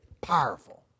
Powerful